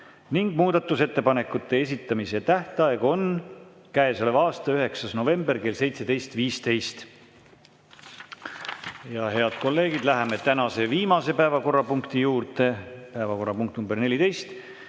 Muudatusettepanekute esitamise tähtaeg on käesoleva aasta 9. november kell 17.15. Head kolleegid! Läheme tänase viimase päevakorrapunkti juurde. See on päevakorrapunkt nr 14,